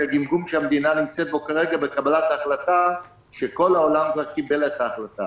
הגמגום שהמדינה נמצאת בו כרגע בקבלת ההחלטה שכל העולם כבר קיבל אותה.